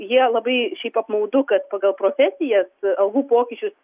jie labai šiaip apmaudu kad pagal profesijas algų pokyčius